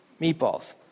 meatballs